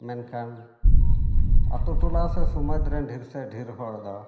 ᱢᱮᱱᱠᱷᱟᱱ ᱟᱛᱩ ᱴᱚᱞᱟ ᱥᱮ ᱥᱚᱢᱟᱽᱡ ᱨᱮᱱ ᱰᱷᱮᱨᱥᱟ ᱰᱷᱮᱨ ᱦᱚᱲ ᱫᱚ